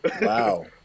wow